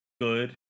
good